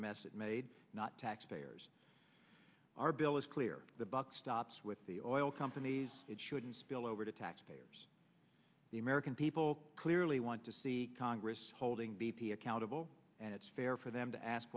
the message made not taxpayers our bill is clear the buck stops with the oil companies it shouldn't spill over to taxpayers the american people clearly want to see congress holding b p accountable and it's fair for them to ask